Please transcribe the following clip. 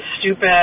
stupid